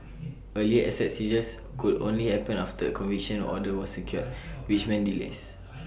earlier asset seizures could only happen after A conviction order was secured which meant delays